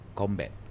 combat